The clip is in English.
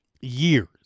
years